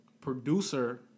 Producer